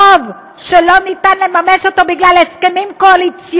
רוב שאי-אפשר לממש אותו בגלל הסכמים קואליציוניים,